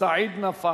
סעיד נפאע.